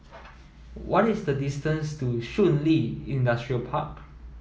what is the distance to Shun Li Industrial Park